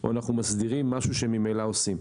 או שאנחנו מסדירים משהו שממילא עושים?